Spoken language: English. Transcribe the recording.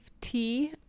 tea